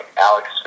Alex